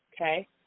okay